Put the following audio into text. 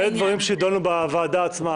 אלה דברים שיידונו בוועדה עצמה.